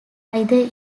either